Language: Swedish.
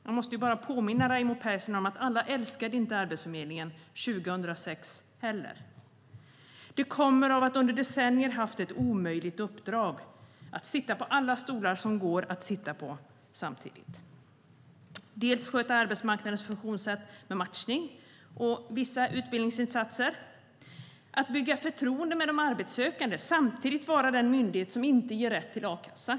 Jag vill påminna Raimo Pärssinen om att inte alla älskade Arbetsförmedlingen 2006 heller. Det kommer av att man under decennier har haft ett omöjligt uppdrag: att sitta på alla stolar som går att sitta på, samtidigt. Arbetsförmedlingen ska sköta arbetsmarknadens funktionssätt med matchning och vissa utbildningsinsatser. Man ska bygga förtroende med de arbetssökande och samtidigt vara den myndighet som inte ger rätt till a-kassa.